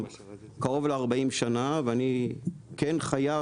קרוב לארבעים שנה ואני כן חייב,